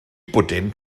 bwdin